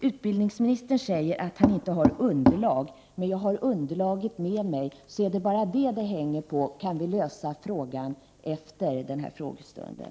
Utbildningsministern säger att han inte har något underlag, men jag har underlaget med mig, så är det bara detta det hänger på kan vi lösa frågan efter den här frågestunden.